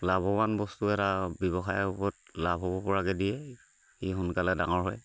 লাভৱান বস্তু এটা ব্যৱসায়ৰ ওপৰত লাভ হ'ব পৰাকৈ দিয়ে ই সোনকালে ডাঙৰ হয়